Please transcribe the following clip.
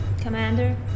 commander